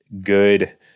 good